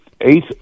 eight